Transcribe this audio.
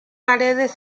paredes